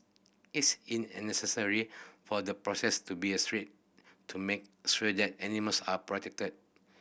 it's in an necessary for the process to be a stringent to make sure that animals are protected